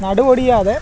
നടുവൊടിയാതെ